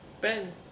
Ben